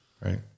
right